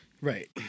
Right